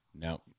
No